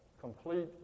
complete